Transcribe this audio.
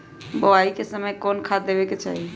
बोआई के समय कौन खाद देवे के चाही?